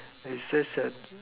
is just that